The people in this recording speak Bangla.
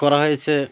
করা হয়েছে